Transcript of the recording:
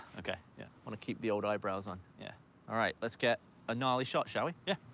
okay, yeah. want to keep the old eyebrows on. yeah all right, let's get a gnarly shot, shall we? yeah.